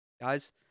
guys